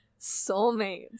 soulmates